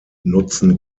nutzen